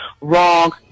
Wrong